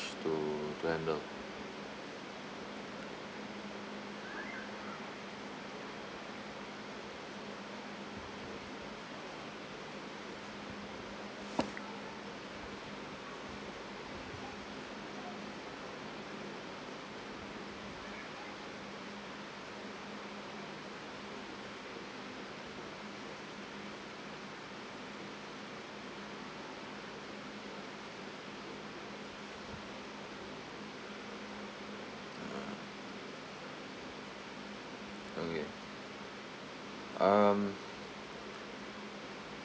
to to handle mm okay um